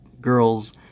girls